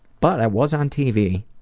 but i was on tv,